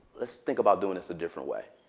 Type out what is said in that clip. let's think about doing this a different way.